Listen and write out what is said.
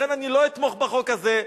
לכן אני לא אתמוך בחוק הזה.